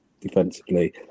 defensively